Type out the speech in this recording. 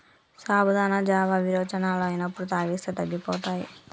సాబుదానా జావా విరోచనాలు అయినప్పుడు తాగిస్తే తగ్గిపోతాయి